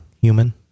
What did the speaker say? human